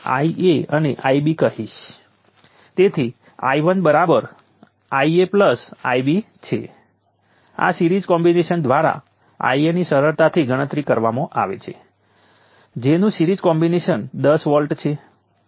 તેથી horizontal axis એ time axis છે અને આપણે આ ઈન્ટરવલ 0 થી t1 માં કેપેસિટરને ડીલીવર કરવામાં આવેલ પાવર શોધવા માંગીએ છીએ